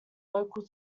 local